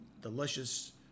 delicious